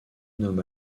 nomme